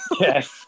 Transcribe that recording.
Yes